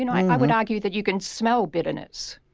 you know i would argue that you can smell bitterness.